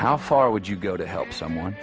how far would you go to help someone